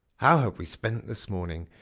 how have we spent this morning!